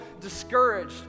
discouraged